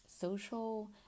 social